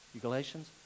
Galatians